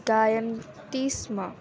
गायन्ति स्म